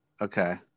okay